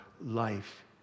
life